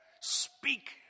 speak